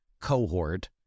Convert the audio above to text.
cohort